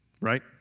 right